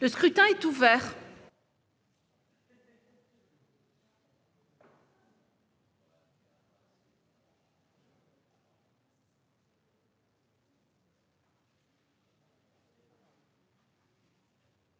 Le scrutin est ouvert.